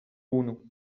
unu